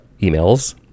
emails